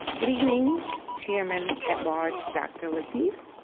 good evening chairman at-large, dr. lateef,